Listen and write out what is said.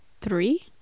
three